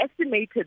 estimated